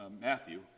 Matthew